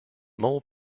mole